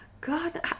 god